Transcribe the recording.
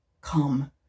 Come